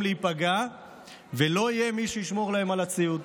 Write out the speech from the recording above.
להיפגע ולא יהיה מי שישמור להם על הציוד.